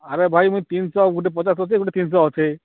ଆରେ ଭାଇ ମୁଁ ତିନିଶହ ଗୁଟେ ପଚାଶ ଅଛି ଗୁଟେ ତିନିଶହ ଅଛେ